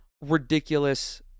ridiculous